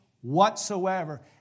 whatsoever